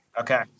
Okay